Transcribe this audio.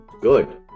good